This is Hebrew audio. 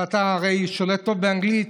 אבל אתה הרי שולט טוב באנגלית.